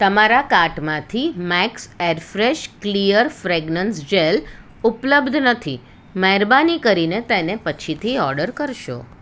તમારા કાર્ટમાંથી Max Airfresh clear fragrance gel ઉપલબ્ધ નથી મહેરબાની કરીને તેને પછીથી ઓર્ડર કરશો